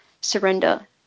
surrender